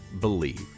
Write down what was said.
Believe